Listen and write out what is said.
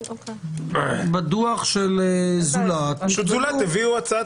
בדוח של "זולת" -- "זולת" הביאו הצעת